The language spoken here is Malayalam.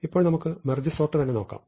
ഇപ്പോൾ നമുക്ക് മെർജ് സോർട് തന്നെ നോക്കാം